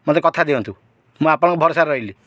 ମୋତେ କଥା ଦିଅନ୍ତୁ ମୁଁ ଆପଣଙ୍କ ଭରସାରେ ରହିଲି